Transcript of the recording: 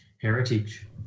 heritage